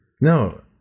no